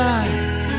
eyes